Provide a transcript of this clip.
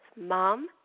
mom